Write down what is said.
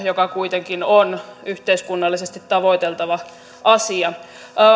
joka kuitenkin on yhteiskunnallisesti tavoiteltava asia